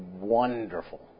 wonderful